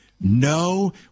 No